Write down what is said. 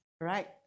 right